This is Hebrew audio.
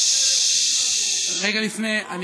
דמגוגיה זולה.